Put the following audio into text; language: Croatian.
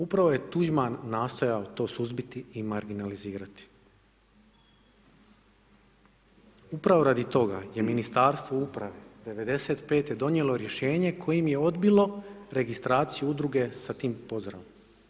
Upravo je Tuđman nastojao to suzbiti i marginalizirati, upravo radi toga je Ministarstvo uprave '95. donijelo rješenje kojim je odbilo registraciju udruge sa tim pozdravom.